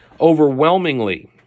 overwhelmingly